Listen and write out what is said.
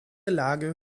lage